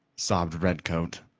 sobbed redcoat.